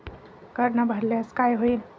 कर न भरल्यास काय होईल?